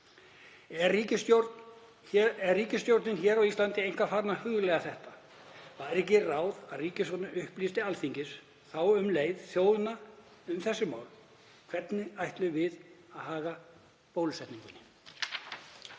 Er ríkisstjórnin á Íslandi eitthvað farin að hugleiða þetta? Væri ekki ráð að ríkisstjórnin upplýsti Alþingi og þá um leið þjóðina um þessi mál? Hvernig ætlum við að haga bólusetningunni?